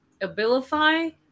Abilify